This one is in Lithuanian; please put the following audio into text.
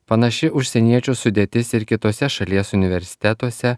panaši užsieniečių sudėtis ir kituose šalies universitetuose